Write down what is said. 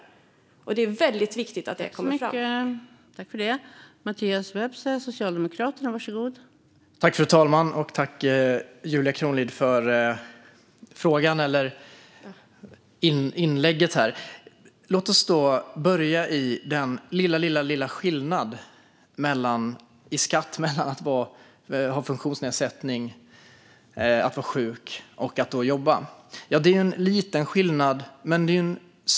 Det är väldigt viktigt att det kommer fram.